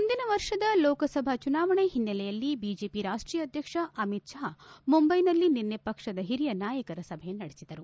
ಮುಂದಿನ ವರ್ಷದ ಲೋಕಸಭಾ ಚುನಾವಣೆ ಹಿನ್ನೆಲೆಯಲ್ಲಿ ಬಿಜೆಪಿ ರಾಷ್ಷೀಯ ಅಧ್ಯಕ್ಷ ಅಮಿತ್ ಷಾ ಮುಂಬೈನಲ್ಲಿ ನಿನ್ನೆ ಪಕ್ಷದ ಹಿರಿಯ ನಾಯಕರ ಸಭೆ ನಡೆಸಿದರು